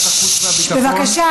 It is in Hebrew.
בבקשה,